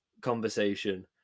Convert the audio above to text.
conversation